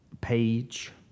page